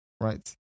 right